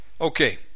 Okay